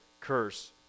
curse